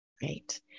Great